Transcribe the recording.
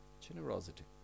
generosity